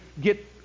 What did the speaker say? get